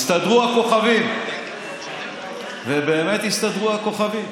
הסתדרו הכוכבים, ובאמת הסתדרו הכוכבים.